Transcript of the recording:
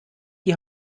die